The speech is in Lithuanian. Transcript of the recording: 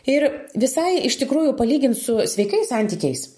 ir visai iš tikrųjų palygint su sveikais santykiais